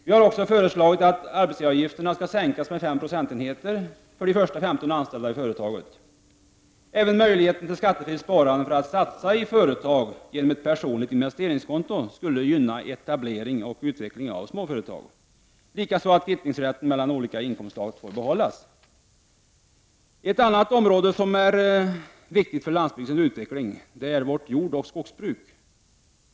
Vi har också föreslagit att arbetsgivaravgifterna skall sänkas med 5 procentenheter för de första femton anställda i företaget. Även möjligheten till skattefritt sparande för att satsa i företag genom ett personligt investeringskonto skulle gynna etablering och utveckling av småföretag, likaså att rätten till kvittning mellan olika inkomstslag får behållas. Ett annat område som är viktigt för landsbygdens utveckling är vårt jordoch skogsbruk.